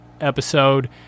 episode